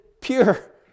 pure